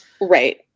right